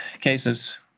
cases